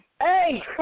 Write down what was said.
hey